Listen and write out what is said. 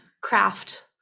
craft